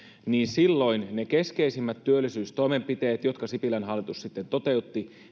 niin ne keskeisimmät työllisyystoimenpiteet jotka sipilän hallitus sitten toteutti